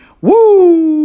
Woo